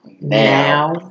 now